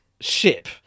ship